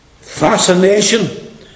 fascination